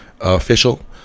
official